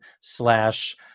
slash